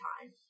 time